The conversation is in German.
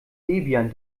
debian